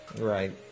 Right